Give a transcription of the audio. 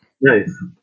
Nice